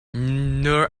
nur